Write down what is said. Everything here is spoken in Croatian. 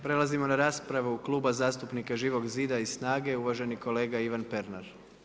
Prelazimo na raspravu Kluba zastupnika Živog zida i SNAGA-e, uvaženi kolega Pernar.